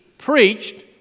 preached